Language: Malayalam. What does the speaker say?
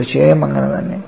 തീർച്ചയായും അങ്ങനെ തന്നെ